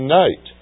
night